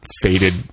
faded